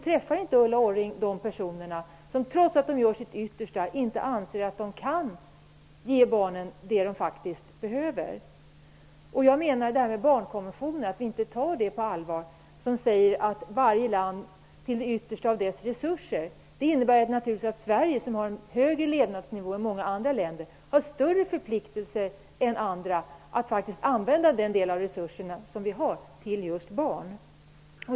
Träffar inte Ulla Orring sådana personer, som trots att de gör sitt yttersta inte anser att de kan ge barnen det de faktiskt behöver? Varför tar vi inte på allvar det som sägs i barnkonventionen om att ''varje land till det yttersta av sina resurser''? Det innebär naturligtvis att Sverige, som har en högre levnadsnivå än många andra länder, har större förpliktelser än andra att faktiskt använda en viss del av sina resurser till just barn.